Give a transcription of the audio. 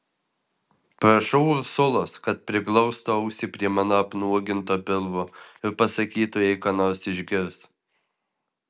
prašau ursulos kad priglaustų ausį prie mano apnuoginto pilvo ir pasakytų jei ką nors išgirs